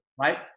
right